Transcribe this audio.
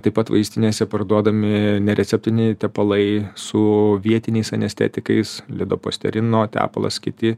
taip pat vaistinėse parduodami nereceptiniai tepalai su vietiniais anestetikais lidopasterino tepalas kiti